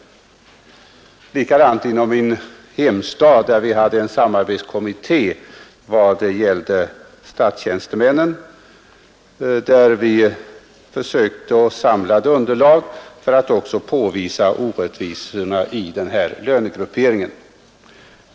Samma var förhållandet inom min hemstad, där vi hade en samarbetskommitté vad gällde statstjänstemännen. Vi försökte samla ett underlag för att påvisa orättvisorna i lönegrupperingen.